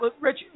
Rich